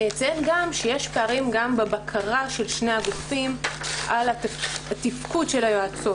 אציין שיש פערים גם בבקרה של שני הגופים על התפקוד של היועצות.